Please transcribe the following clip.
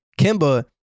Kimba